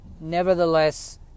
Nevertheless